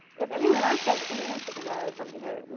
if anyone else has an answer to that, i would love to hear it.